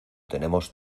tenemos